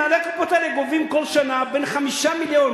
מנהלי הקופות האלה גובים כל שנה בין 5 מיליון,